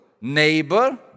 neighbor